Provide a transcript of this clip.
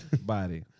body